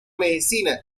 medicina